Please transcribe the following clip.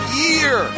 year